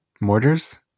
Mortars